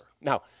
Now